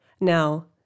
Now